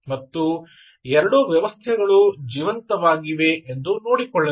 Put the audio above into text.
ಮತ್ತು ಎರಡೂ ವ್ಯವಸ್ಥೆಗಳು ಜೀವಂತವಾಗಿವೆ ಅಪ್ ಎಂದು ನೋಡಿಕೊಳ್ಳಬೇಕು